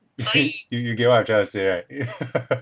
you you get what I trying to say right